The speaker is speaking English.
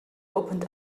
opened